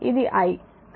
ఇది i